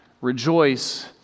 Rejoice